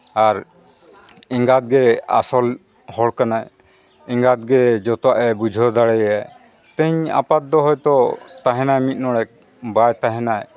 ᱟᱨ ᱮᱸᱜᱟᱛ ᱜᱮ ᱟᱥᱚᱞ ᱦᱚᱲ ᱠᱟᱱᱟᱭ ᱮᱸᱜᱟᱛ ᱜᱮ ᱡᱚᱛᱚᱣᱟᱜ ᱮ ᱵᱩᱡᱷᱟᱹᱣ ᱫᱟᱲᱮᱭᱟ ᱛᱮᱦᱮᱧ ᱟᱯᱟᱫ ᱫᱚ ᱦᱳᱭ ᱛᱚ ᱛᱟᱦᱮᱱᱟᱭ ᱢᱤᱫ ᱰᱚᱰᱮᱠ ᱵᱟᱭ ᱛᱟᱦᱮᱱᱟᱭ